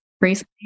recently